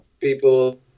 people